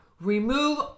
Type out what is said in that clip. remove